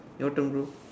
your turn bro